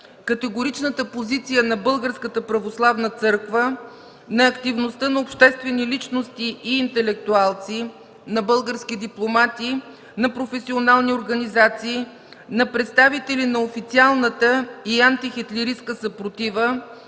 категоричната позиция на Българската православна църква, на активността на обществени личности и интелектуалци, на български дипломати, на професионални организации, на представители от официалната и антихитлеристка съпротива,